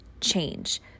change